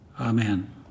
Amen